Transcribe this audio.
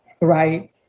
right